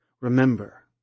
Remember